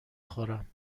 خورم